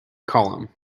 column